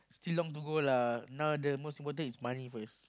still long to go lah now the most important is money first